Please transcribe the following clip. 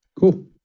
Cool